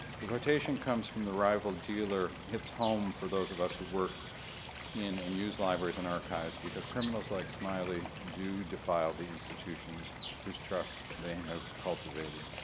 the quotation comes from the rival dealer hits home for those of us who work in and use libraries and archives because criminals like smiley do defile the institutions whose trust they have cultivated.